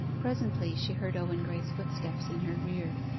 presently she heard owen graye's footsteps in her rear,